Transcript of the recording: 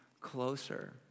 closer